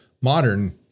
modern